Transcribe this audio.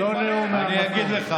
אני מתפלא עליך,